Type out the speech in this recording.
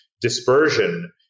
dispersion